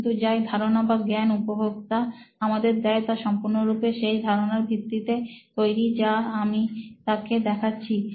কিন্তু যাই ধারণা বা জ্ঞান উপভোক্তা আমাদের দেয় তা সম্পূর্ণরূপে সেই ধারণার ভিত্তিতে তৈরি যা আমি তাকে দেখাচ্ছি